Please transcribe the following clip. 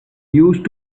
used